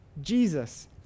Jesus